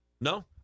No